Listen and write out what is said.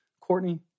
Courtney